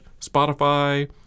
Spotify